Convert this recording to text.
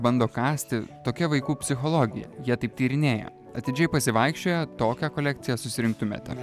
bando kąsti tokia vaikų psichologija jie taip tyrinėja atidžiai pasivaikščioję tokią kolekciją susirinktumėte